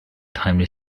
timely